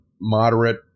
moderate